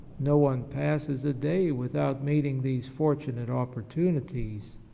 no one passes a day without meeting these for tunate opportunities.